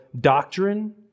doctrine